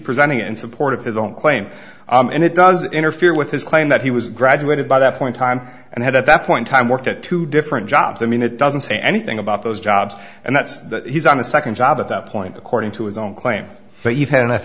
presenting it in support of his own claim and it does interfere with his claim that he was graduated by that point time and had at that point time worked at two different jobs i mean it doesn't say anything about those jobs and that's he's on a second job at that point according to his own claim but you've had enough